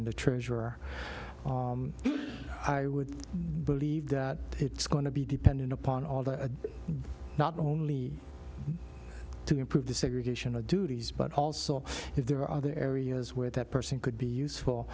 and the treasurer i would believe that it's going to be dependent upon all the a not only need to improve disaggregation of duties but also if there are other areas where that person could be useful